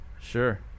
Sure